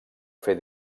fer